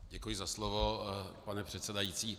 Děkuji za slovo, pane předsedající.